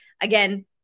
again